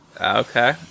Okay